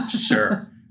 Sure